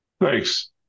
Thanks